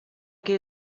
que